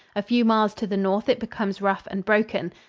a few miles to the north it becomes rough and broken.